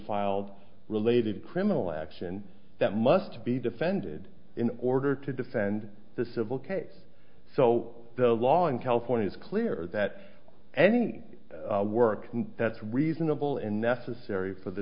filed related criminal action that must be defended in order to defend the civil case so the law in california is clear that any work that's reasonable and necessary for the